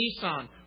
Nissan